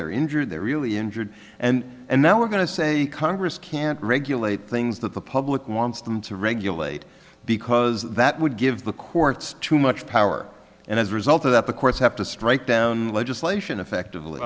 they're injured they're really injured and and now we're going to say congress can't regulate things that the public wants them to regulate because that would give the courts too much power and as a result of that the courts have to strike down legislation effectively